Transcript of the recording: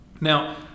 Now